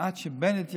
עד שבנט יחזור,